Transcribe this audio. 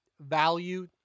value